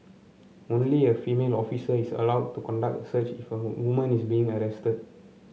only a female officer is allowed to conduct a search if a a woman is being arrested